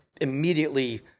immediately